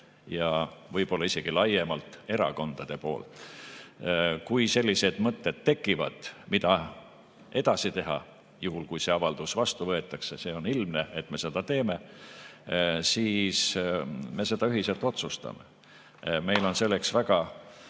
ja võib-olla isegi laiemalt – erakondade poolt. Kui sellised mõtted tekivad, mida edasi teha, juhul kui see avaldus vastu võetakse – see on ilmne, et me seda teeme –, siis me seda ühiselt otsustame. Meil on selleks väga